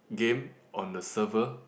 game on the server